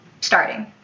starting